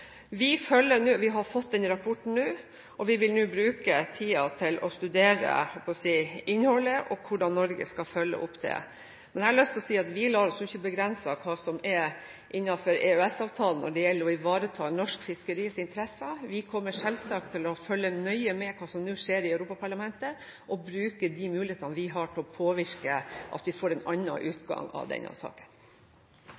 Vi har fått denne rapporten nå, og vi vil bruke tida til å studere innholdet og til å se på hvordan Norge skal følge opp dette. Jeg har lyst til å si at vi jo ikke lar oss begrense av det som er innenfor EØS-avtalen når det gjelder å ivareta norsk fiskeris interesser. Vi kommer selvsagt til å følge nøye med på det som nå skjer i Europaparlamentet, og bruke de mulighetene vi har til å påvirke at vi får en